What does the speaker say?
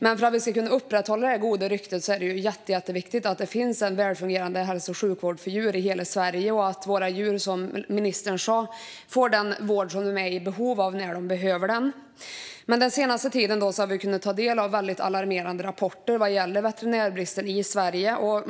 Men för att vi ska kunna upprätthålla detta goda rykte är det jätteviktigt att det finns en välfungerande hälso och sjukvård för djur i hela Sverige och att våra djur som ministern sa får den vård de behöver när de behöver den. Den senaste tiden har vi dock kunnat ta del av alarmerande rapporter gällande veterinärbristen i Sverige.